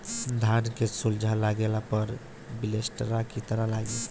धान के झुलसा लगले पर विलेस्टरा कितना लागी?